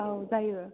औ जायो